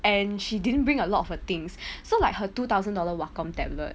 and she didn't bring a lot of her things so like her two thousand dollar wacom tablet